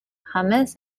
hummus